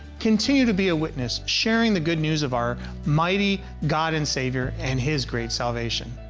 continue to be a witness, sharing the good news of our mighty god and savior and his great salvation.